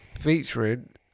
featuring